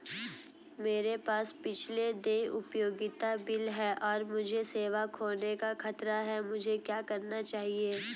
मेरे पास पिछले देय उपयोगिता बिल हैं और मुझे सेवा खोने का खतरा है मुझे क्या करना चाहिए?